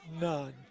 None